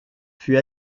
fut